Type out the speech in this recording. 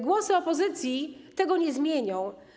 Głosy opozycji tego nie zmienią.